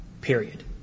period